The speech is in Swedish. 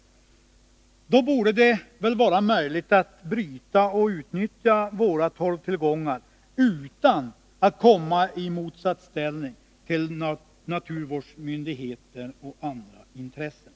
Då borde det väl vara möjligt att bryta och utnyttja våra torvtillgångar utan att komma i motsatsställning till naturvårdsmyndigheter och andra intressen.